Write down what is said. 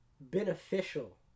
beneficial